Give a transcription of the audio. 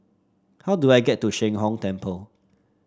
how do I get to Sheng Hong Temple